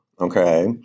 okay